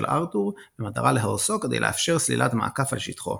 ארתור במטרה להרסו כדי לאפשר סלילת מעקף על שטחו.